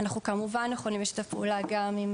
אנחנו כמובן יכולים לשתף פעולה גם עם